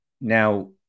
Now